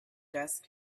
dust